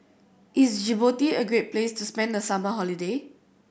is Djibouti a great place to spend the summer holiday